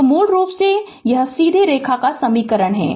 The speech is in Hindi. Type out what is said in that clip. तो मूल रूप से यह सीधी रेखा का समीकरण है